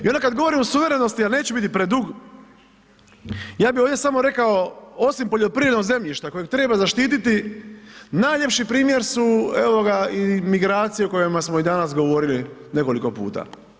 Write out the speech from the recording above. I onda kada govorimo o suverenosti, ali neću biti predug, ja bih ovdje samo rekao, osim poljoprivrednog zemljišta kojeg treba zaštititi, najljepši primjer su, evo ga i migracije o kojima smo i danas govorili nekoliko puta.